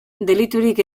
deliturik